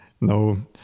No